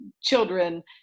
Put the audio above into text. children